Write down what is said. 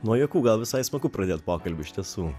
nuo juokų gal visai smagu pradėt pokalbį iš tiesų